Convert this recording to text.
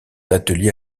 atelier